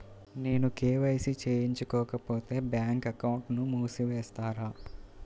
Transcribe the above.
నేను కే.వై.సి చేయించుకోకపోతే బ్యాంక్ అకౌంట్ను మూసివేస్తారా?